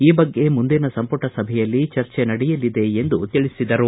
ಈ ಬಗ್ಗೆ ಮುಂದಿನ ಸಂಪುಟ ಸಭೆಯಲ್ಲಿ ಚರ್ಚೆ ನಡೆಯಲಿದೆ ಎಂದು ತಿಳಿಸಿದರು